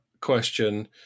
question